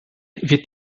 wird